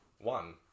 One